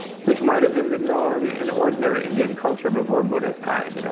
which might have been the norm in ordinary indian culture before buddha's time. you know